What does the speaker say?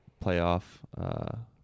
playoff